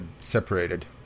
separated